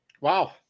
Wow